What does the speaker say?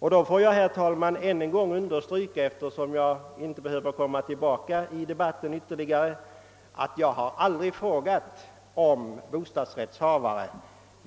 Jag vill därför än en gång understryka att jag inte har frågat om bostadsrättsinnehavaren.